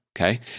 Okay